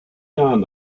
jahren